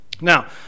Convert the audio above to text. Now